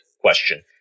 question